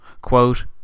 Quote